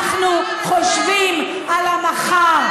אנחנו חושבים על המחר.